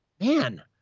Man